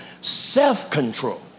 self-control